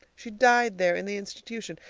she died there in the institution.